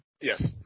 Yes